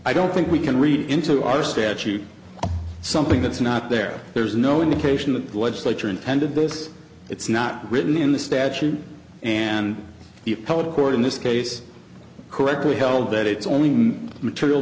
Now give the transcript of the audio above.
i don't think we can read into our statute something that's not there there's no indication that the legislature intended this it's not written in the statute and the appellate court in this case correctly held that it's only material